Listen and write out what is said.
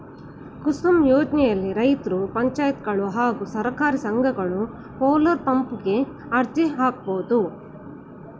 ಕುಸುಮ್ ಯೋಜ್ನೆಲಿ ರೈತ್ರು ಪಂಚಾಯತ್ಗಳು ಹಾಗೂ ಸಹಕಾರಿ ಸಂಘಗಳು ಸೋಲಾರ್ಪಂಪ್ ಗೆ ಅರ್ಜಿ ಹಾಕ್ಬೋದು